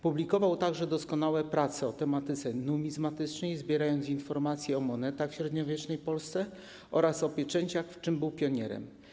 Publikował także doskonałe prace o tematyce numizmatycznej, zbierając informacje o monetach w średniowiecznej Polsce oraz o pieczęciach, w czym był pionierem.